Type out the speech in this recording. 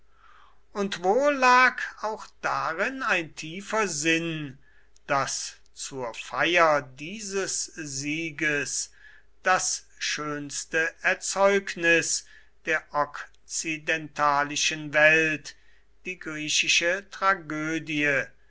und wohl lag auch darin ein tiefer sinn daß zur feier dieses sieges das schönste erzeugnis der okzidentalischen welt die griechische tragödie